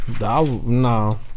No